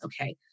okay